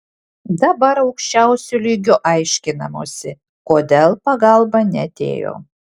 dabar aukščiausiu lygiu aiškinamasi kodėl pagalba neatėjo